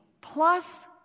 plus